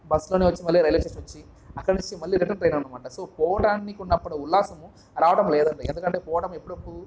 బస్లోని వచ్చి మళ్ళి రైల్వే స్టేషన్కి వచ్చి అక్కడనుంచి మళ్ళి రిటర్న్ ట్రైన్ అనమాట సో పోవడానికి ఉన్నప్పుడు ఉల్లాసము రావటం లేదండి ఎందుకంటే పోవడం ఎప్పుడూ కూ